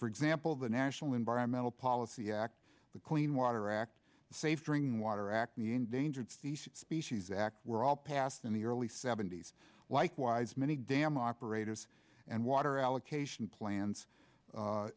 for example the national environmental policy act the clean water act the safe drinking water act the endangered species species act were all passed in the early seventy's likewise many dam operators and water allocation plans